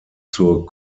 zur